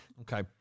Okay